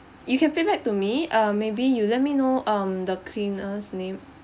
you can feedback to me uh maybe you let me know um the cleaner's name